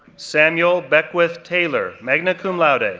samuel beckwith taylor, magna cum laude, ah